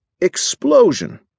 explosion